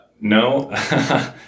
no